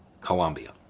Colombia